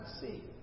see